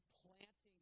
planting